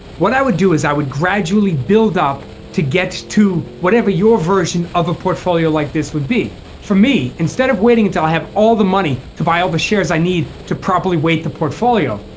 what i would do is i would gradually build up to get to whatever your version of a portfolio like this would be for me instead of waiting until i have all the money to buy all the shares i need to properly weight the portfolio.